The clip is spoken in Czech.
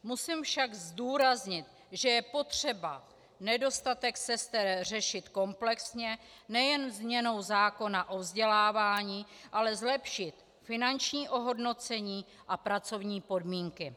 Musím však zdůraznit, že je potřeba nedostatek sester řešit komplexně, nejen změnou zákona o vzdělávání, ale zlepšit finanční ohodnocení a pracovní podmínky.